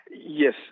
yes